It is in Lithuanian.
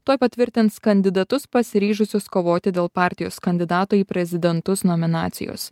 tuoj patvirtins kandidatus pasiryžusius kovoti dėl partijos kandidato į prezidentus nominacijos